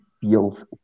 feels